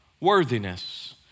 worthiness